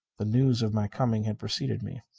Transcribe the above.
the news of my coming had preceded me.